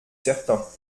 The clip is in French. certain